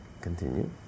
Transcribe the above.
continue